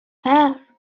far